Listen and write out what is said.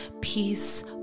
peace